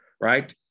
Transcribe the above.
right